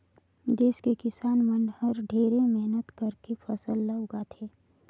देस के किसान मन हर ढेरे मेहनत करके फसल ल उगाथे